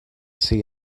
see